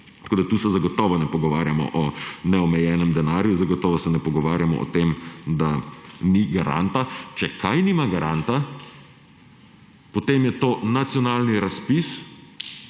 Tu se zagotovo ne pogovarjamo o neomejenem denarju, zagotovo se ne pogovarjamo o tem, da ni garanta. Če kaj nima garanta, potem je to nacionalni razpis,